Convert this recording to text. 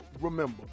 remember